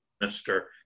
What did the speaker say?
minister